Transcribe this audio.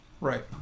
Right